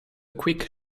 quick